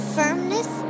firmness